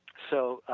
so,